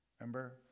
Remember